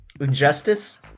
Injustice